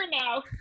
now